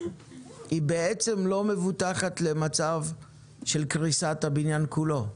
היא בעצם לא מבוטחת למצב של קריסת הבניין כולו.